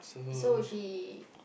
so if she